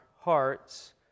hearts